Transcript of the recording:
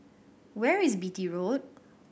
where is Beatty Road